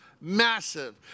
massive